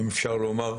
אם אפשר לומר,